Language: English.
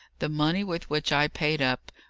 the money with which i paid up,